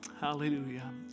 Hallelujah